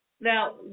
now